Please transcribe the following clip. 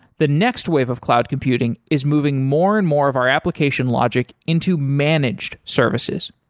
the next wave of cloud computing is moving more and more of our application logic into managed services.